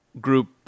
group